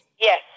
Yes